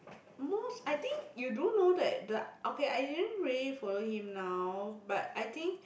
most I think you do know that the okay I didn't really follow him now but I think